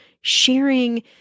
sharing